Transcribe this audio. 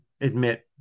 admit